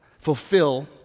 fulfill